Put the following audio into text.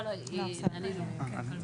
כן גברתי.